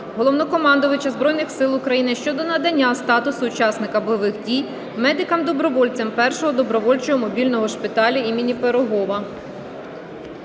Головнокомандувача Збройних Сил України щодо надання статусу учасника бойових дій медикам-добровольцям Першого добровольчого мобільного шпиталю імені Пирогова.